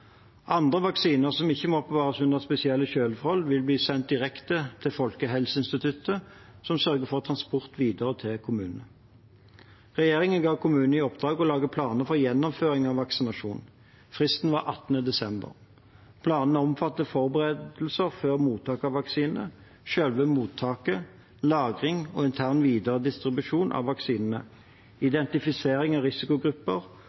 Andre vaksiner som ikke må oppbevares under spesielle kjøleforhold, vil bli sendt direkte til Folkehelseinstituttet, som sørger for transport videre til kommunene. Regjeringen gav kommunene i oppdrag å lage planer for gjennomføring av vaksinasjon. Fristen var 18. desember. Planene omfatter forberedelser før mottak av vaksine, selve mottaket, lagring og intern videredistribusjon av vaksinene, identifisering av risikogrupper